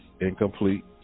incomplete